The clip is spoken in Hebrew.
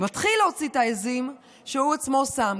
מתחיל להוציא את העיזים שהוא עצמו שם.